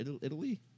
Italy